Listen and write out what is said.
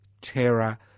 terror